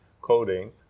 coding